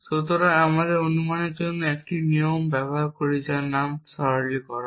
সুতরাং আমরা অনুমানের জন্য 1 নিয়ম ব্যবহার করি যার নাম সরলীকরণ